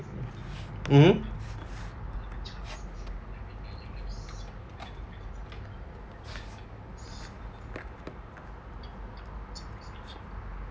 mmhmm